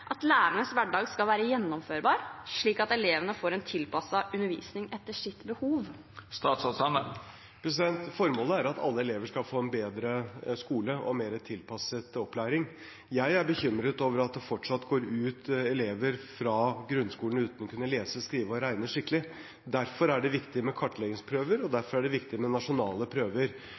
at lærernes hverdag skal være gjennomførbar, slik at elevene får en tilpasset undervisning etter sitt behov? Formålet er at alle elever skal få en bedre skole og mer tilpasset opplæring. Jeg er bekymret over at det fortsatt går ut elever fra grunnskolen uten å kunne lese, skrive og regne skikkelig. Derfor er det viktig med kartleggingsprøver, og derfor er det viktig med nasjonale prøver.